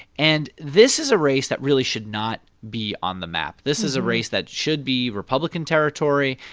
and this is a race that really should not be on the map. this is a race that should be republican territory.